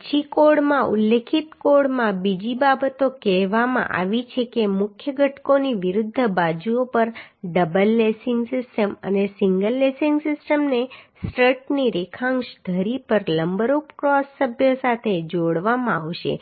પછી કોડમાં ઉલ્લેખિત કોડમાં બીજી બાબતો કહેવામાં આવી છે કે મુખ્ય ઘટકોની વિરુદ્ધ બાજુઓ પર ડબલ લેસિંગ સિસ્ટમ અને સિંગલ લેસિંગ સિસ્ટમને સ્ટ્રટની રેખાંશ ધરી પર લંબરૂપ ક્રોસ સભ્યો સાથે જોડવામાં આવશે